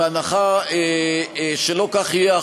בהנחה שלא כך יהיה,